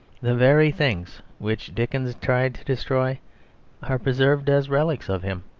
the very things which dickens tried to destroy are preserved as relics of him.